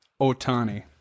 otani